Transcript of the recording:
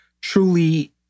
truly